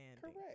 Correct